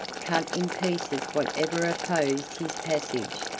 cut in pieces whatever opposed his passage,